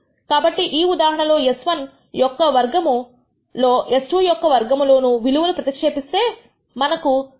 కాబట్టి ఈ ఉదాహరణ లో S1 ఒక వర్గము లో మరియు S2 యొక్క వర్గం లోను విలువలు ప్రతిక్షేపిస్తే మనకు 0